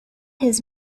his